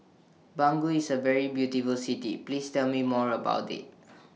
Bangui IS A very beautiful City Please Tell Me More about IT